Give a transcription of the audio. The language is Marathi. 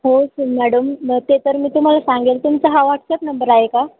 हो हो मॅडम मग ते तर मी तुम्हाला सांगेल तुमचा हा व्हॉट्सअप नंबर आहे का